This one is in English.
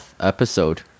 episode